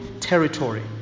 territory